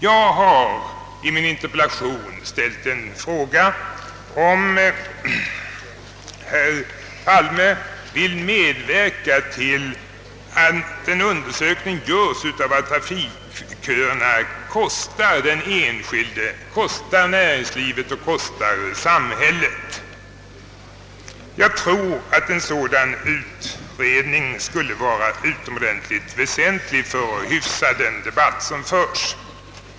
Jag har i min interpellation ställt en fråga, om herr Palme vill medverka till att en undersökning göres om vad trafikköerna kostar den enskilde, näringslivet och samhället. Jag tror att en sådan utredning skulle vara av utomordentligt värde för att hyfsa den debatt som förs.